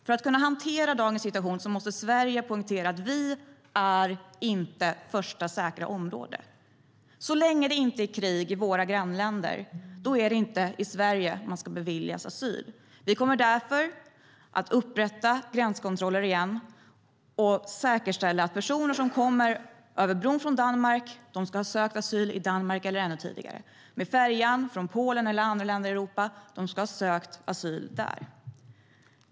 För att kunna hantera dagens situation måste Sverige poängtera att vi inte är första säkra område. Så länge det inte är krig i våra grannländer är det inte i Sverige man ska beviljas asyl. Vi kommer därför att upprätta gränskontroller igen och säkerställa att personer som kommer över bron från Danmark ska ha sökt asyl i Danmark eller ännu tidigare. De som kommer med färjan från Polen eller andra länder i Europa ska ha sökt asyl där.